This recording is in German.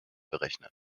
berechnen